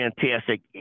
fantastic